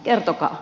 kertokaa